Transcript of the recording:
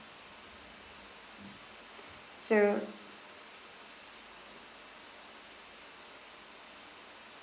so